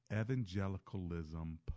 evangelicalism